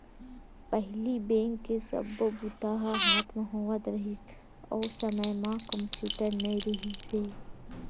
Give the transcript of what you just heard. पहिली बेंक के सब्बो बूता ह हाथ म होवत रिहिस, ओ समे म कम्प्यूटर नइ रिहिस हे